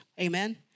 amen